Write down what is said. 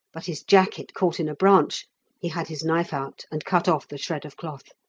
but his jacket caught in a branch he had his knife out and cut off the shred of cloth.